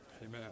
Amen